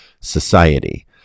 society